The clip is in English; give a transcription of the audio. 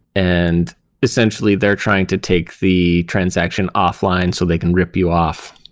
and essentially, they're trying to take the transaction offline so they can rip you off,